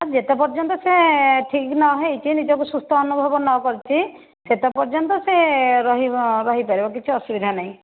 ଯେତେ ପର୍ଯ୍ୟନ୍ତ ସେ ଠିକ୍ ନ ହୋଇଛି ନିଜକୁ ସୁସ୍ଥ ଅନୁଭବ ନ କରିଛି ସେତେ ପର୍ଯ୍ୟନ୍ତ ସେ ରହିବ ରହିପାରିବ କିଛି ଅସୁବିଧା ନାହିଁ